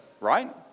right